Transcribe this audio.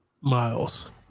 miles